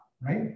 right